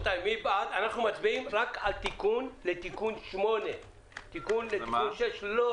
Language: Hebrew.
אנחנו מצביעים רק על תיקון לתיקון 8. לא